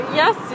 yes